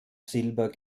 silber